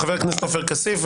חבר הכנסת עופר כסיף.